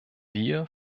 wir